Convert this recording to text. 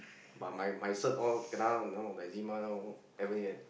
but my my cert all kena know eczema now haven't yet